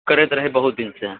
करैत रहै बहुत दिन से